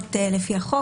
החובות לפי החוק.